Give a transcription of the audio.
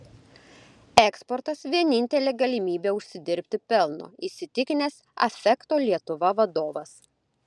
eksportas vienintelė galimybė užsidirbti pelno įsitikinęs affecto lietuva vadovas